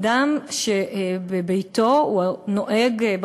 אדם שבביתו הוא נוהג,